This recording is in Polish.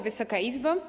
Wysoka Izbo!